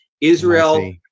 Israel